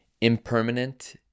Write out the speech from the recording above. Impermanent